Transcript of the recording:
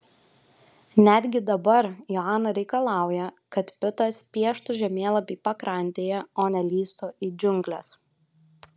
netgi dabar joana reikalauja kad pitas pieštų žemėlapį pakrantėje o ne lįstų į džiungles